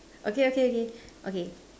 okay okay okay okay